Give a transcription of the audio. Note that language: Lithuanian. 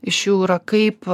iš jų yra kaip